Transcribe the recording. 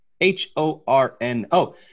H-O-R-N-O